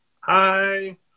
Hi